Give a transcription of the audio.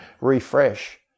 refresh